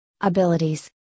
abilities